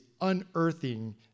unearthing